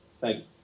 Thank